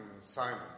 Simon